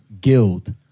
guild